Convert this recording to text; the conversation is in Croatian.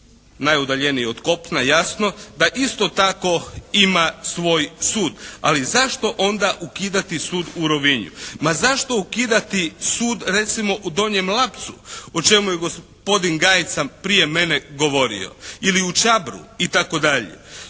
najudaljeniji od kopna jasno da isto tako ima svoj sud. Ali zašto onda ukidati sud u Rovinju? Ma zašto ukidati sud recimo u Donjem Lapcu o čemu je gospodin Gajica prije mene govorio, ili u Čabru itd.